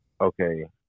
Okay